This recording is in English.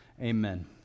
amen